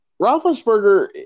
Roethlisberger